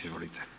Izvolite.